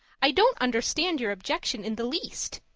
i don't understand your objection in the least.